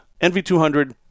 NV200